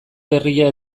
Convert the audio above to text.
berria